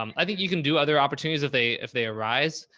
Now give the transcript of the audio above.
um i think you can do other opportunities if they, if they arise.